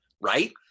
right